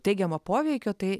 teigiamo poveikio tai